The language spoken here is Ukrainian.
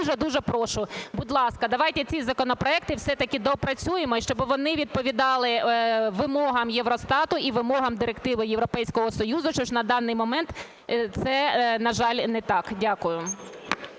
дуже-дуже прошу, будь ласка, давайте ці законопроекти все-таки доопрацюємо, і щоби вони відповідали вимогам Євростату і вимогам Директиви Європейського Союзу, що на даний момент це, на жаль, не так. Дякую.